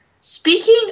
speaking